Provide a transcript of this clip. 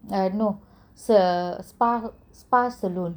no spa spa salon